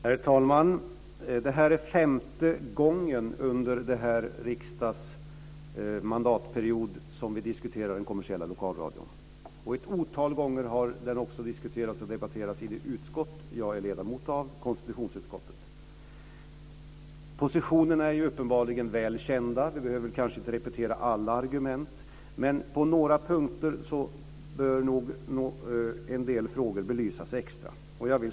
Herr talman! Det här är femte gången under den här mandatperioden som vi diskuterar den kommersiella lokalradion. Ett otal gånger har den också debatteras i det utskott jag är ledamot av, konstitutionsutskottet. Positionerna är uppenbarligen väl kända. Vi behöver kanske inte repetera alla argument, men på några punkter bör nog en del frågor belysas extra.